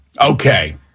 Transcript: Okay